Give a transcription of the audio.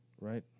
Right